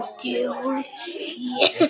dude